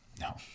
no